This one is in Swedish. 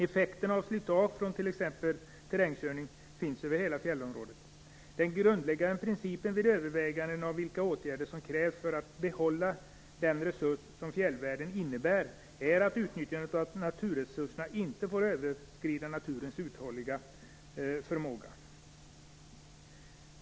Effekten av slitage från t.ex. terrängkörning finns över hela fjällområdet. Den grundläggande principen vid överväganden av vilka åtgärder som krävs för att behålla den resurs som fjällvärlden innebär är att utnyttjandet av naturresurserna inte får överskrida naturens förmåga till uthållighet.